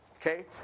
Okay